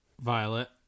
Violet